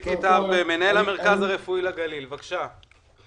ברהום, מנהל מרכז הרפואי בגליל, בבקשה.